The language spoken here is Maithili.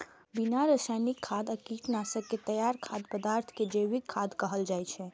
बिना रासायनिक खाद आ कीटनाशक के तैयार खाद्य पदार्थ कें जैविक खाद्य कहल जाइ छै